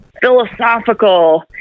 philosophical